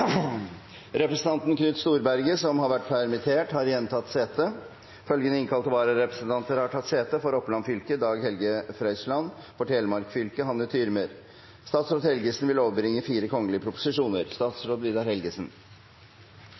Representanten Knut Storberget , som har vært permittert, har igjen tatt sete. De innkalte vararepresentanter, for Oppland fylke Dag Helge Frøisland , og for Telemark fylke Hanne